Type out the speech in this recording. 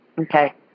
Okay